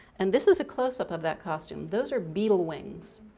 and this is a close-up of that costume, those are beetle wings.